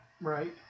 Right